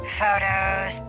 photos